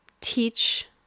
teach